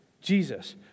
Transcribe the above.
Jesus